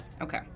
Okay